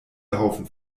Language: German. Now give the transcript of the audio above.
haufen